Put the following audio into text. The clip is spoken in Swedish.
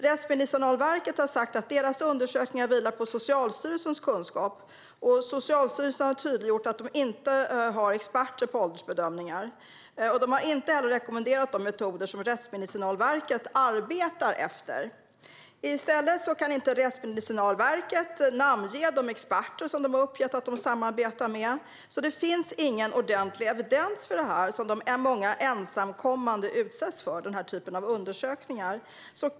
Rättsmedicinalverket har sagt att deras undersökningar vilar på Socialstyrelsens kunskap. Socialstyrelsen har dock tydliggjort att de inte har experter på åldersbedömningar. De har heller inte rekommenderat de metoder som Rättsmedicinalverket arbetar efter. Rättsmedicinalverket kan inte namnge de experter som de har uppgett att de samarbetar med, så det finns ingen ordentlig evidens för den typ av undersökningar som många ensamkommande utsätts för.